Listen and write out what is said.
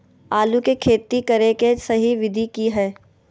आलू के खेती करें के सही विधि की हय?